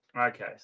Okay